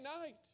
night